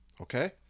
okay